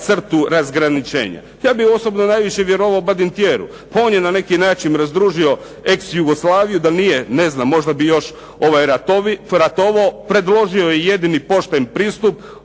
crtu razgraničenja? Ja bih osobno najviše vjerovao Badinteru. Pa on je na neki način razdružio ex Jugoslaviju. Da nije ne znam, možda bi još ratovao, predložio je jedini pošten pristup